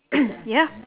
ya